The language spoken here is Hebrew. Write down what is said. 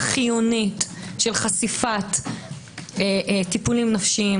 החיונית של חשיפת טיפולים נפשיים